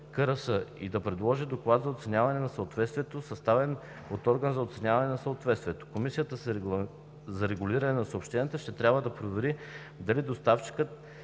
и да приложи доклад за оценяване на съответствието, съставен от орган за оценяване на съответствието. Комисията за регулиране на съобщенията ще трябва да провери, дали доставчикът